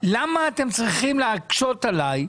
למה אתם צריכים להקשות עליי,